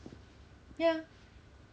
ya